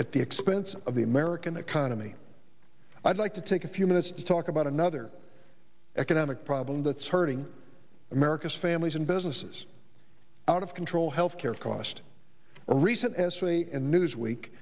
at the expense of the american economy i'd like to take a few minutes to talk about another economic problem that's hurting america's families and businesses out of control health care cost a recent as we in newsweek